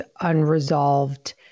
unresolved